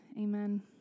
Amen